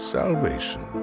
salvation